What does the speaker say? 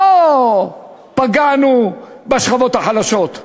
לא פגענו בשכבות החלשות,